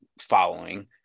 following